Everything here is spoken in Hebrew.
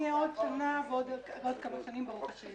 נהיה עוד שנה, ועוד כמה שנים, ברוך ה'.